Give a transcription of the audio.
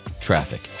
Traffic